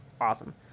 awesome